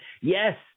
Yes